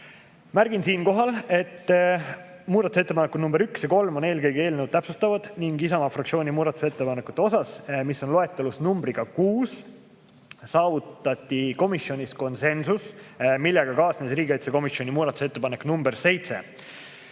Märgin siinkohal, et muudatusettepanekud nr 1 ja 3 on eelkõige täpsustavad ning Isamaa fraktsiooni muudatusettepanekute puhul, mis on loetelus numbri all 6, saavutati komisjonis konsensus, millega kaasnes riigikaitsekomisjoni muudatusettepanek nr 7.